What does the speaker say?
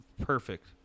perfect